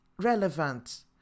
relevant